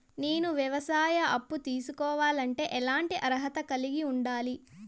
నేను వ్యవసాయ అప్పు తీసుకోవాలంటే ఎట్లాంటి అర్హత కలిగి ఉండాలి?